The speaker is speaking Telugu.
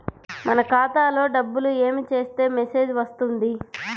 మన ఖాతాలో డబ్బులు ఏమి చేస్తే మెసేజ్ వస్తుంది?